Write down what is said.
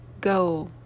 go